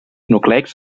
nucleics